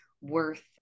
worth